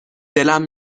دلم